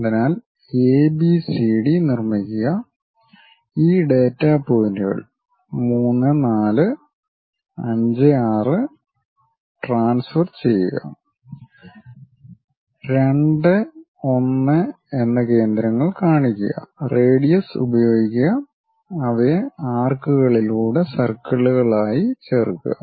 അതിനാൽ A B C D നിർമിക്കുക ഈ ഡാറ്റാ പോയിന്റുകൾ 3 4 5 6 ട്രാൻസ്ഫർ ചെയ്യുക 2 1 എന്ന കേന്ദ്രങ്ങൾ കാണിക്കുക റേഡിയസ് ഉപയോഗിക്കുക അവയെ ആർക്കുകളിലൂടെ സർക്കിളുകളായി ചേർക്കുക